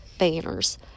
banners